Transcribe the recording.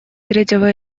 третьего